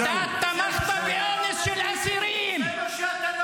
אתה תראה אותי כל יום.